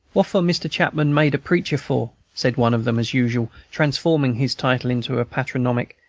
woffor mr. chapman made a preacher for? said one of them, as usual transforming his title into a patronymic.